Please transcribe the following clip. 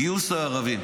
גיוס הערבים